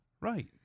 Right